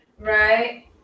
Right